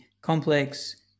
complex